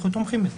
אנחנו תומכים בזה.